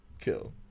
kill